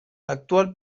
actual